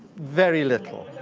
very little.